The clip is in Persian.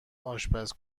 آشپز